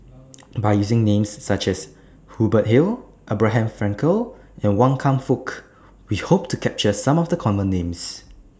By using Names such as Hubert Hill Abraham Frankel and Wan Kam Fook We Hope to capture Some of The Common Names